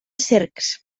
cercs